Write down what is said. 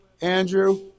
Andrew